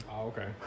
okay